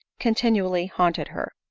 continually haunted her.